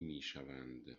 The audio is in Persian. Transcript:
میشوند